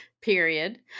period